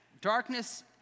Darkness